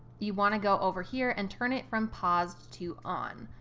you want to go over here and turn it from paused to on.